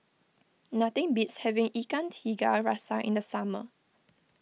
nothing beats having Ikan Tiga Rasa in the summer